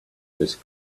this